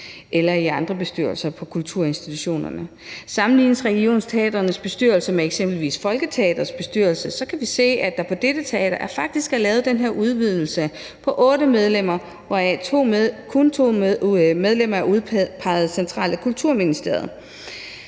eller i andre bestyrelser på kulturinstitutionerne. Sammenlignes regionsteatrenes bestyrelser med eksempelvis Folketeatrets bestyrelse, kan vi faktisk se, at der på dette teater er lavet den her udvidelse på otte medlemmer, hvoraf kun to medlemmer er udpeget centralt af Kulturministeriet.